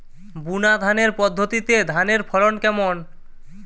বুনাধানের পদ্ধতিতে ধানের ফলন কেমন?